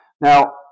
Now